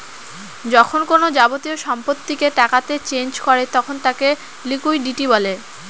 যখন কোনো যাবতীয় সম্পত্তিকে টাকাতে চেঞ করে তখন তাকে লিকুইডিটি বলে